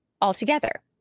altogether